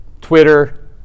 twitter